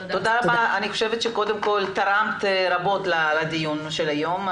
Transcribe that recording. תודה רבה אני חושבת שתרמת רבות לדיון של היום.